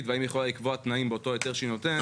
והאם היא יכולה לקבוע תנאים בהיתר שהיא נותנת.